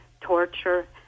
torture